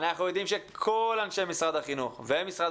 אנחנו יודעים שכל אנשי משרד החינוך ומשרד